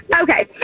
Okay